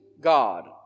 God